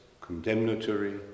condemnatory